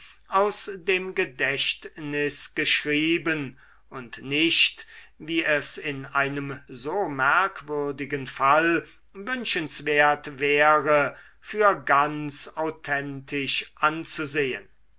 aus dem gedächtnis geschrieben und nicht wie es in einem so merkwürdigen fall wünschenswert wäre für ganz authentisch anzusehen